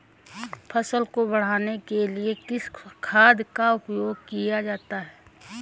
फसल को बढ़ाने के लिए किस खाद का प्रयोग किया जाता है?